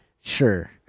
Sure